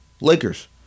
Lakers